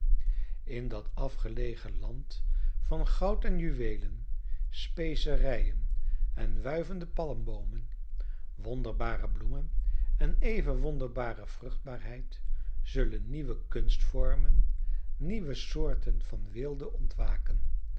in dat afgelegen land van goud en juweelen specerijen en wuivende palmboomen wonderbare bloemen en even wonderbare vruchtbaarheid zullen nieuwe kunstvormen nieuwe soorten van weelde ontwaken